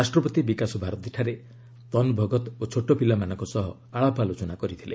ରାଷ୍ଟ୍ରପତି ବିକାଶଭାରତୀଠାରେ ତନ ଭଗତ ଓ ଛୋଟ ପିଲାମାନଙ୍କ ସହ ଆଳାପ ଆଲୋଚନା କରିଥିଲେ